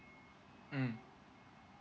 mm